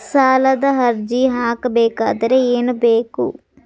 ಸಾಲದ ಅರ್ಜಿ ಹಾಕಬೇಕಾದರೆ ಏನು ಬೇಕು?